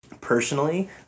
personally